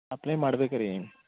apply ಮಾಡ್ಬೇಕ್ರಿ